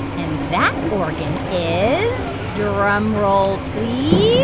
and that organ is drumroll, please